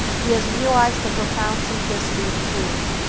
he has realized the profound simplicity of truth,